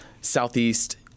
Southeast